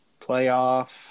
Playoff